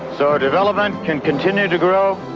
so development can continue to grow